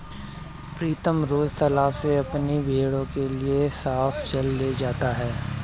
प्रीतम रोज तालाब से अपनी भेड़ों के लिए साफ पानी ले जाता है